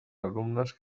alumnes